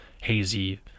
hazy